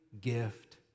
gift